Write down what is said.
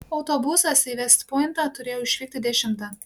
autobusas į vest pointą turėjo išvykti dešimtą